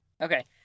Okay